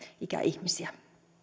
ikäihmisille